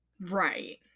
Right